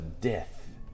death